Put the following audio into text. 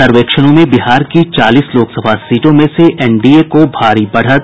सर्वेक्षणों में बिहार की चालीस लोकसभा सीटों में से एनडीए को भारी बढ़त